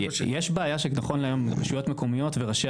יש בעיה שנכון להיום ראשי רשויות וראשי